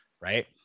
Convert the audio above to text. right